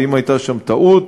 ואם הייתה שם טעות,